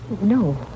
No